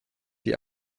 die